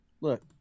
look